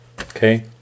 Okay